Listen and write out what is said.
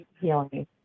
healing